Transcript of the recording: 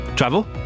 Travel